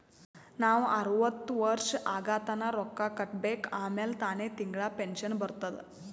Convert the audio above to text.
ನಾವ್ ಅರ್ವತ್ ವರ್ಷ ಆಗತನಾ ರೊಕ್ಕಾ ಕಟ್ಬೇಕ ಆಮ್ಯಾಲ ತಾನೆ ತಿಂಗಳಾ ಪೆನ್ಶನ್ ಬರ್ತುದ್